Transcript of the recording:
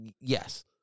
yes